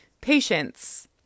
patience